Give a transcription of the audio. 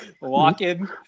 walking